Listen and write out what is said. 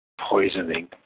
Poisoning